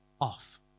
off